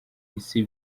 isi